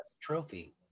Trophy